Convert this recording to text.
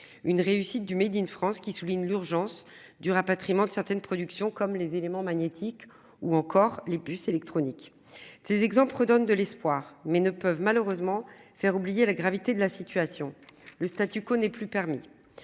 Une réussite du Made in France qui soulignent l'urgence du rapatriement de certaines productions comme les éléments magnétiques ou encore les puces électroniques, ces exemples redonne de l'espoir mais ne peuvent malheureusement faire oublier la gravité de la situation. Le statu quo n'est plus permis.